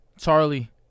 Charlie